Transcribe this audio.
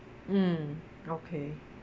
mm okay